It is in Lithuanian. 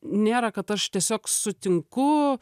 nėra kad aš tiesiog sutinku